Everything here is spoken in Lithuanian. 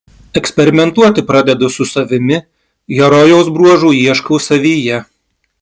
eksperimentuoti pradedu su savimi herojaus bruožų ieškau savyje